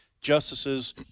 justices